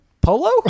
polo